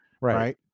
Right